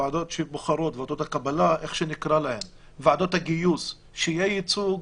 כלומר הוועדות שבוחרות או איך שנקרא להן ועדות הגיוס שיהיה ייצוג